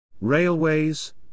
Railways